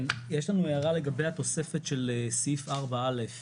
יש לנו הערה לגבי התוספת של סעיף (4א),